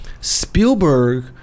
Spielberg